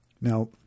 Now